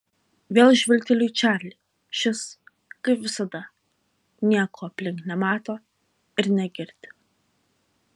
vėl žvilgteliu į čarlį šis kaip visada nieko aplink nemato ir negirdi